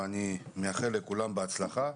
אני מאחל לכולם בהצלחה.